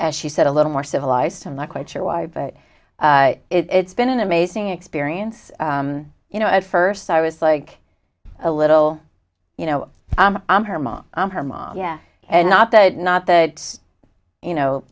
as she said a little more civilized i'm not quite sure why but it's been an amazing experience you know at first i was like a little you know i'm her mom i'm her mom yeah and not that not that you know